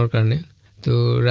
on the